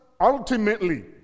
ultimately